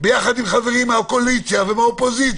אלא יחד עם חברים מהקואליציה ומהאופוזיציה.